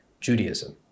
Judaism